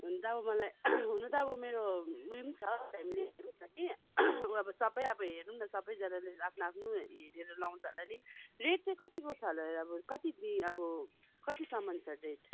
हुन्त अब मलाई हुनु त अब मेरो उयो पनि छ फेमिलीहरू पनि छ कि अब सबै अब हेरौँ न सबैजनाले आफ्नो आफ्नो हेरेर लाउँछ होला नि रेट चाहिँ कतिको छ होला अब कति दि कतिसम्म छ रेट